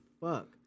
fuck